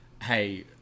Hey